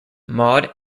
maude